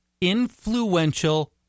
Influential